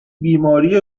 بیماری